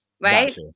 right